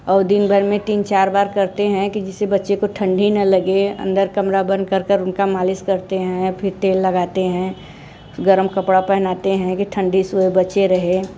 और दिन भर में तीन चार बार करते हैं कि जिस बच्चे को ठंडी ना लगे अंदर कमरा बंद कर कर उनका मालिश करते हैं फिर तेल लगाते हैं गर्म कपड़ा पहनाते हैं कि ठंडी सुबह बचे रहे